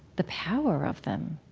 the power of them,